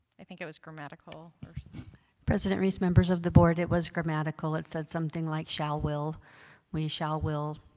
i think it was grammatical president reese, members of the board it was grammatical. it said something like shall will we shall will